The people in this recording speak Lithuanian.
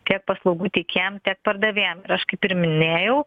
tiek paslaugų tiekėjam tiek pardavėjam ir aš kaip ir minėjau